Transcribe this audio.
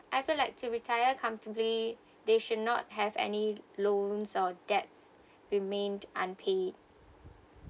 I feel like to retire comfortably they should not have any loans or debts remained unpaid